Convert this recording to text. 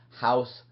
house